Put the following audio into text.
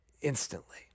instantly